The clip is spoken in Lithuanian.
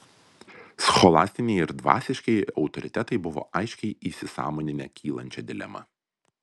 scholastiniai ir dvasiškieji autoritetai buvo aiškiai įsisąmoninę kylančią dilemą